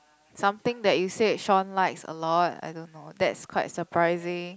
something that you said Sean likes a lot I don't know that's quite surprising